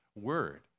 word